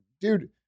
dude